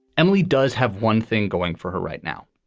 emily does have one thing going for her right now,